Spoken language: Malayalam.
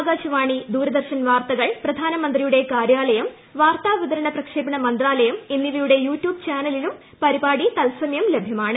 ആകാശവാണി ദൂരദർശ്ൻ വാർത്തകൾ പ്രധാനമന്ത്രിയുടെ കാര്യാലയം വാർത്താ പിതരണ പ്രക്ഷേപണ മന്ത്രാലയം എന്നിവയുടെ യൂട്യൂബ് ചാനലിലും പരിപാടി തത്സമയം ലഭ്യമാണ്